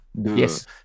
yes